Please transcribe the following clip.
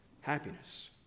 happiness